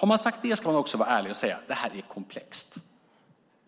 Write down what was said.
Har man sagt det ska man också vara ärlig och säga: Det här är komplext.